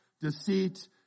Deceit